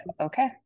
okay